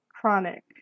Chronic